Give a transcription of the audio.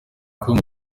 congo